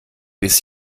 bis